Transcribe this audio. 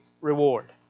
reward